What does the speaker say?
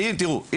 היא תשובה בוודאי.